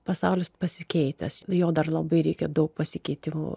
pasaulis pasikeitęs jo dar labai reikia daug pasikeitimų